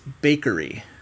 bakery